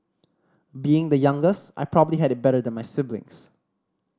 being the youngest I probably had it better than my siblings